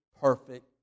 perfect